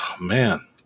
man